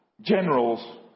generals